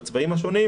בצבעים השונים,